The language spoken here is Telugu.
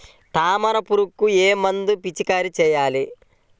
తామర పురుగుకు ఏ మందు పిచికారీ చేయాలి?